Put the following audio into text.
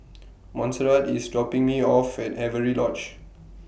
Montserrat IS dropping Me off At Avery Lodge